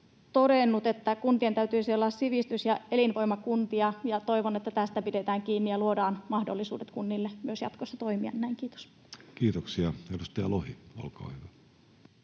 että kuntien täytyisi olla sivistys- ja elinvoimakuntia, ja toivon, että tästä pidetään kiinni ja luodaan mahdollisuudet kunnille myös jatkossa toimia näin. — Kiitos. [Speech 102] Speaker: